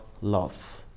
love